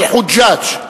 "אל-חֻגַ'אג'",